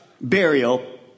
burial